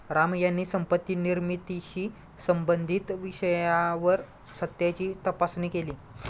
राम यांनी संपत्ती निर्मितीशी संबंधित विषयावर सत्याची तपासणी केली